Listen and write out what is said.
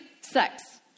sex